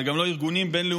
זה גם לא ארגונים בין-לאומיים